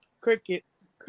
crickets